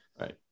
Right